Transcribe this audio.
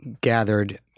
gathered